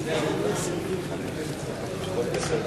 ההצעה להעביר את